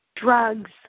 drugs